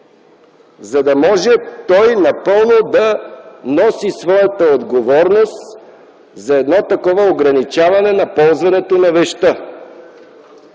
за да може той напълно да носи своята отговорност за едно такова ограничаване на ползването на вещта.